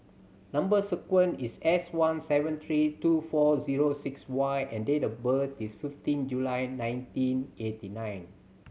number sequence is S one seven three two four zero six Y and date of birth is fifteen July nineteen eighty nine